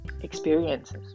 experiences